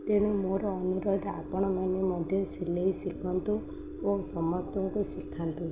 ତେଣୁ ମୋର ଅନୁରୋଧ ଆପଣମାନେ ମଧ୍ୟ ସିଲେଇ ଶିଖନ୍ତୁ ଓ ସମସ୍ତଙ୍କୁ ଶିଖାନ୍ତୁ